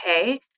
okay